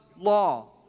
law